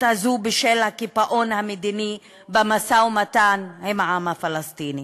הזאת בשל הקיפאון המדיני במשא-ומתן עם העם הפלסטיני.